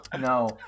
no